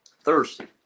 thirsty